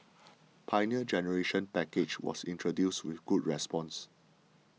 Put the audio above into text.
Pioneer Generation Package was introduced with good response